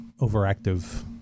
overactive